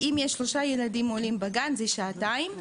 אם יש שלושה ילדים עולים בגן, זה שעתיים.